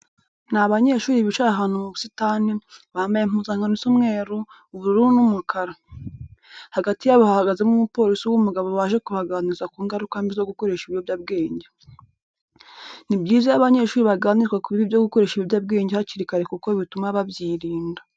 Ni abanyeshuri bicaye ahantu mu busitani, bambaye impuzankano isa umweru, ubururu n'umukara. Hagati yabo hahagazemo umupolisi w'umugabo waje kubaganiriza ku ngaruka mbi zo gukoresha ibiyobyabwenge. Ni byiza iyo abanyeshuri baganirizwa ku bibi byo gukoresha ibiyobyabwenge hakiri kare kuko bituma babyirinda.